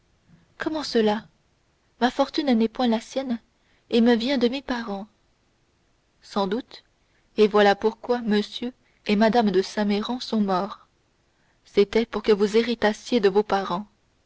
comment cela ma fortune n'est point la sienne et me vient de mes parents sans doute et voilà pourquoi m et mme de saint méran sont morts c'était pour que vous héritassiez de vos parents